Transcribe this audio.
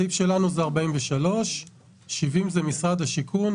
הסעיף שלנו זה 43. 70 זה משרד השיכון,